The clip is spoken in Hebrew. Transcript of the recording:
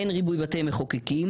אין ריבוי בתי מחוקקים,